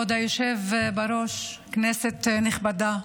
כבוד היושב-ראש, כנסת נכבדה,